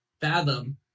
Fathom